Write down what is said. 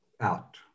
out